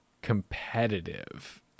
competitive